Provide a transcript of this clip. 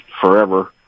forever